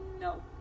no